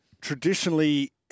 traditionally